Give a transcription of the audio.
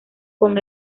con